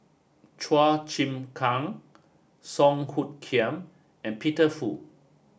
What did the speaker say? Chua Chim Kang Song Hoot Kiam and Peter Fu